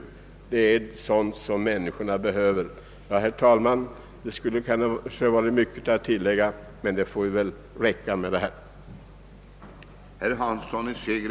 Det är sådant som människorna behöver. Det skulle, herr talman, kanske vara mycket att tillägga, men det får räcka med vad jag här sagt.